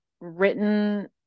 written